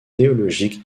théologique